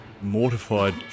mortified